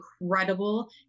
incredible